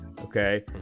Okay